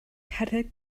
cerdded